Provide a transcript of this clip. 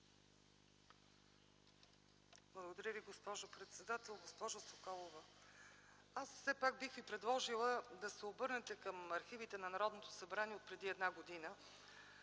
Благодаря Ви, госпожо председател. Госпожо Соколова, все пак бих Ви предложила да се обърнете към архивите на Народното събрание от преди една година,